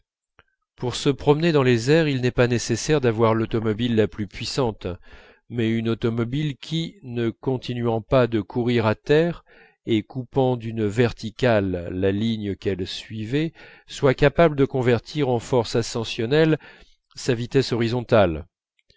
pour se promener dans les airs il n'est pas nécessaire d'avoir l'automobile la plus puissante mais une automobile qui ne continuant pas de courir à terre et coupant d'une verticale la ligne qu'elle suivait soit capable de convertir en force ascensionnelle sa vitesse horizontale